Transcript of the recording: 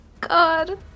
God